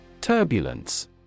Turbulence